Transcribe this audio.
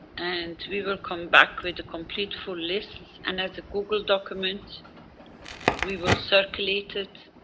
and we will come back with complete full list. and as a google document we will circulate it